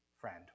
Friend